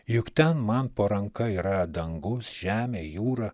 juk ten man po ranka yra dangus žemė jūra